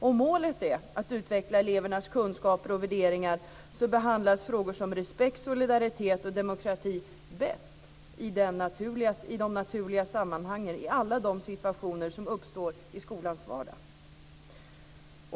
Om målet är att utveckla elevernas kunskaper och värderingar, så behandlas frågor om respekt, solidaritet och demokrati bäst i de naturliga sammanhangen, i alla de situationer som uppstår i skolans vardag.